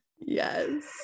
Yes